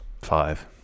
Five